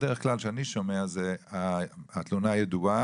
בדרך כלל, כשאני שומע, זה "התלונה ידועה,